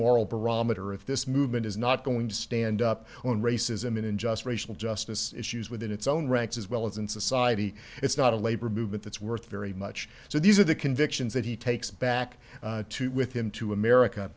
moral barometer if this movement is not going to stand up on racism in unjust racial justice issues within its own ranks as well as in society it's not a labor movement that's worth very much so these are the convictions that he takes back with him to america